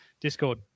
Discord